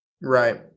right